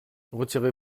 retirez